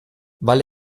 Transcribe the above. weil